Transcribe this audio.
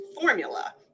formula